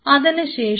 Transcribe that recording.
അതിനുശേഷം